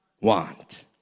want